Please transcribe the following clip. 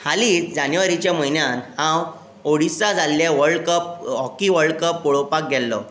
हालींच जानेवरीच्या म्हयन्यांत हांव ओडिसांत जाल्लें world cup hockey world cup पळोवपाक गेल्लो